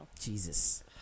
Jesus